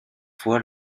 fois